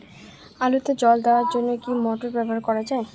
আলুতে জল দেওয়ার জন্য কি মোটর ব্যবহার করা যায়?